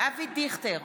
אבי דיכטר,